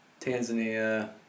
Tanzania